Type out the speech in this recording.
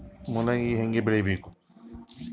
ಮೂಲಂಗಿ ಹ್ಯಾಂಗ ಬೆಳಿಬೇಕು?